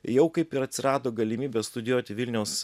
jau kaip ir atsirado galimybė studijuoti vilniaus